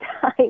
time